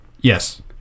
Yes